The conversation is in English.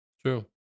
true